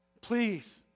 Please